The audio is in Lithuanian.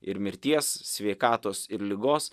ir mirties sveikatos ir ligos